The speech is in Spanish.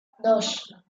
dos